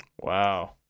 Wow